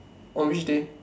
on which day